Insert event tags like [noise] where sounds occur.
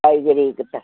காய்கறி [unintelligible]